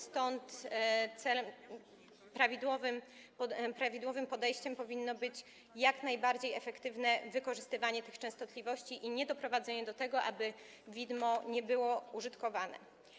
Stąd prawidłowym podejściem powinno być jak najbardziej efektywne wykorzystywanie tych częstotliwości i niedoprowadzenie do tego, aby widmo nie było użytkowane.